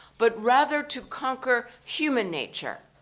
but rather to conquer human nature.